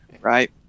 right